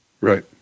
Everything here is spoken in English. Right